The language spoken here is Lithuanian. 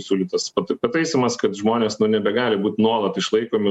siūlytas pataisymas kad žmonės nu nebegali būti nuolat išlaikomi